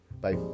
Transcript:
Bye